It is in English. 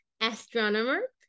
astronomer